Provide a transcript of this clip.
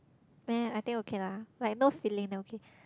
meh I think okay lah like no filling okay